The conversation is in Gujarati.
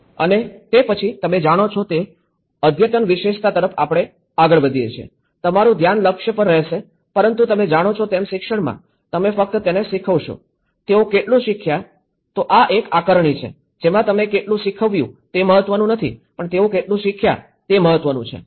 અને તે પછી તમે જાણો છો તે અદ્યતન વિશેષતા તરફ આપણે આગળ વધીએ છીએ તમારું ધ્યાન લક્ષ્ય પર રહેશે પરંતુ તમે જાણો છો તેમ શિક્ષણમાં તમે ફક્ત તેને શીખવશો તેઓ કેટલું શીખ્યા તો આ એક આકારણી છે જેમાં તમે કેટલું શીખવ્યું તે મહત્વનું નથી પણ તેઓ કેટલું શીખ્યા તે મહત્વનું છે